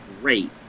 great